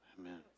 Amen